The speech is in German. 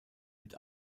mit